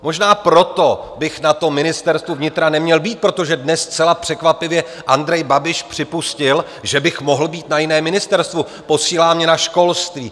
Možná proto bych na Ministerstvu vnitra neměl být, protože dnes zcela překvapivě Andrej Babiš připustil, že bych mohl být na jiném ministerstvu posílá mě na školství.